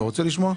אתה רוצה לשמוע?